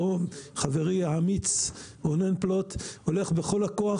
חברי האמיץ רונן פלוט הולך בכל הכוח,